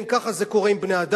כן, ככה זה קורה עם בני-אדם.